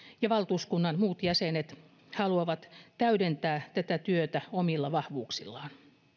ja valtuuskunnan muut jäsenet haluavat täydentää tätä työtä omilla vahvuuksillaan